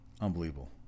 Unbelievable